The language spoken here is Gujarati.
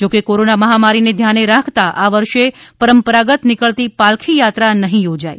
જોકે કોરોના મહામારીને ધ્યાને રાખતા આ વર્ષે પરંપરાગત નિકળતી પાલખી યાત્રા નહી યોજાય